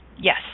Yes